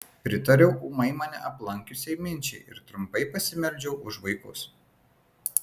pritariau ūmai mane aplankiusiai minčiai ir trumpai pasimeldžiau už vaikus